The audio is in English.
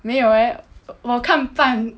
没有 eh 我看半